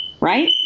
Right